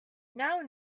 now